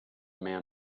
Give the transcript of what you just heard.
man